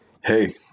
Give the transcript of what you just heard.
Hey